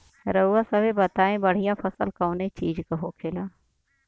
रउआ सभे बताई बढ़ियां फसल कवने चीज़क होखेला?